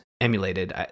emulated